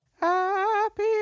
Happy